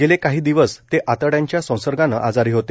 गेले काही दिवस ते आतड्याच्या संसर्गाने आजारी होते